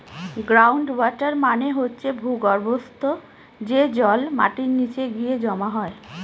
ground water মানে হচ্ছে ভূর্গভস্ত, যে জল মাটির নিচে গিয়ে জমা হয়